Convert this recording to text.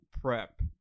prep